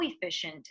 efficient